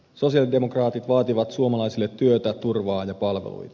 sosialidemokraatit vaativat suomalaisille työtä turvaa ja palveluita